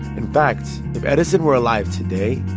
in fact, if edison were alive today,